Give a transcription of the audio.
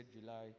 July